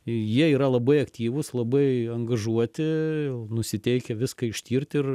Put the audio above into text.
jie yra labai aktyvūs labai angažuoti nusiteikę viską ištirt ir